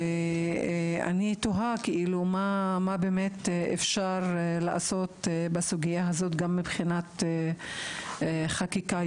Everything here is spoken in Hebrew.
ואני תוהה מה באמת אפשר לעשות בסוגייה הזאת גם מבחינת חקיקה.